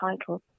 title